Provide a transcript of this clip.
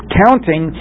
counting